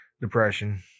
depression